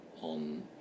on